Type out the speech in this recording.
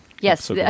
Yes